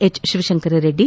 H Shivashankara Reddy